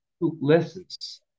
lessons